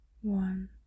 one